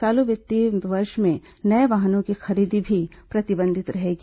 चालू वित्तीय वर्ष में नए वाहनों की खरीदी भी प्रतिबंधित रहेगी